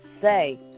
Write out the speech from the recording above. say